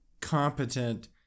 competent